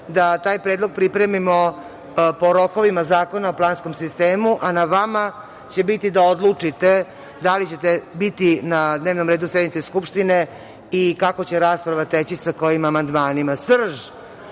da taj predlog pripremimo po rokovima Zakona o planskom sistemu, a na vama će biti da odlučite da li ćete biti na dnevnom redu sednice Skupštine i kako će rasprava teći sa kojim amandmanima. Srž